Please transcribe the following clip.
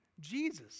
Jesus